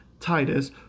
Titus